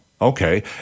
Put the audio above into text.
Okay